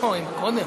לעונג.